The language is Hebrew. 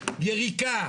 יריקה,